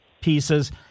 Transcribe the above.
pieces